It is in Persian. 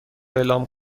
اعلام